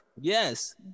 yes